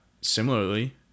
Similarly